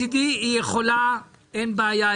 מצדי אין בעיה,